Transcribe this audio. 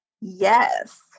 yes